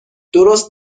درست